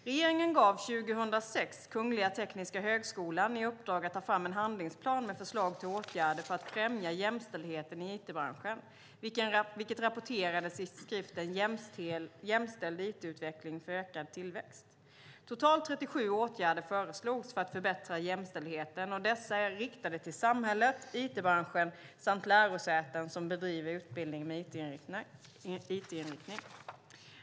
Regeringen gav 2006 Kungliga Tekniska högskolan i uppdrag att ta fram en handlingsplan med förslag till åtgärder för att främja jämställdheten i it-branschen vilket rapporterades i skriften Jämställd IT-utveckling för ökad tillväxt . Totalt 37 åtgärder föreslogs för att förbättra jämställdheten. Dessa är riktade till samhället, it-branschen samt lärosäten som bedriver utbildning med it-inriktning.